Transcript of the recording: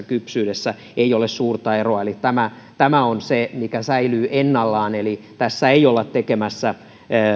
kypsyydessä ei ole suurta eroa eli tämä tämä on se mikä säilyy ennallaan eli tässä ei olla tekemässä